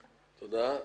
תודה.